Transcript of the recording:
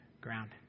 ground